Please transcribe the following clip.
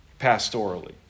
pastorally